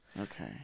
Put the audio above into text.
Okay